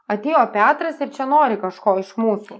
atėjo petras ir čia nori kažko iš mūsų